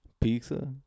Pizza